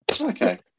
Okay